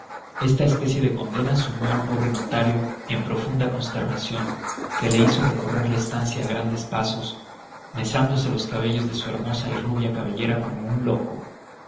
esta especie de condena sumió al pobre notario en profunda consternación que le hizo recorrer la estancia a grandes pasos mesándose los cabellos de su hermosa y rubia cabellera como un loco